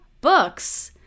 books